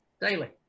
daily